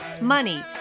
money